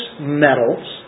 metals